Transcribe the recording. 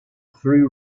threw